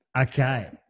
Okay